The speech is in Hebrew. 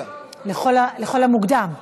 לכל המוקדם.